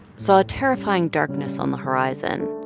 saw a terrifying darkness on the horizon.